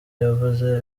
yavuze